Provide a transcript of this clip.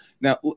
now